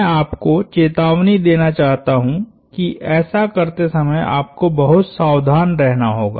मैं आपको चेतावनी देना चाहता हूं कि ऐसा करते समय आपको बहुत सावधान रहना होगा